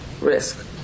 risk